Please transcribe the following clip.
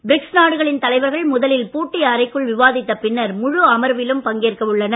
BRICS நாடுகளின் தலைவர்கள் முதலில் பூட்டிய அறைக்குள் விவாதித்த பின்னர் முழு அமர்விலும் பங்கேற்க உள்ளனர்